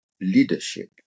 leadership